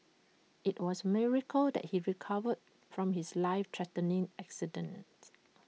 IT was A miracle that he recovered from his life threatening accident